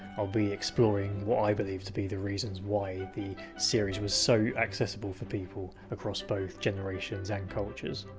i'll be exploring what i believe to be the reasons why the series was so accessible for people across both generations and cultures.